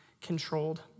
controlled